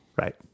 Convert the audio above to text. Right